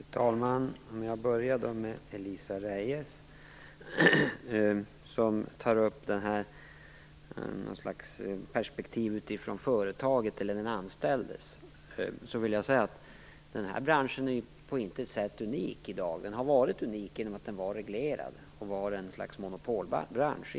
Fru talman! Jag börjar med Elisa Abascal Reyes, som tar upp den här frågan från företagets eller den anställdes perspektiv. Jag vill då säga att den här branschen på intet sätt är unik i dag. Den har varit unik genom att den var reglerad och var ett slags monopolbransch.